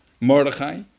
Mordechai